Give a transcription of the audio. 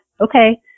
okay